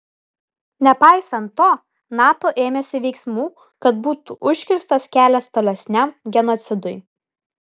nepaisant to nato ėmėsi veiksmų kad būtų užkirstas kelias tolesniam genocidui